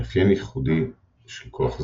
מאפיין ייחודי של כוח זה,